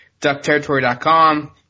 DuckTerritory.com